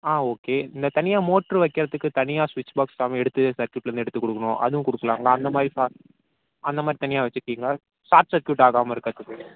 ஆ okay இந்த தனியாக motor வைக்கிறத்துக்கு தனியாக ஸ்விட்ச் பாக்ஸ் எடுத்து சர்க்யூட்லேர்ந்து எடுத்து கொடுக்கணும் அதுவும் கொடுக்கலாங்களா அந்த மாதிரி அந்த மாதிரி தனியாக வச்சுப்பீங்களா ஷார்ட் சர்க்யூட் ஆகாமல் இருக்கிறத்துக்கு